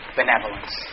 benevolence